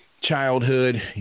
childhood